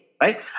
right